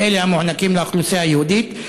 לאלה המוענקים לאוכלוסייה היהודית,